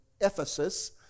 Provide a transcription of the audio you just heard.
Ephesus